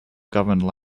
government